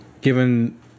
given